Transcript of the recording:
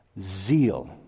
Zeal